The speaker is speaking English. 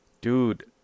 Dude